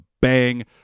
bang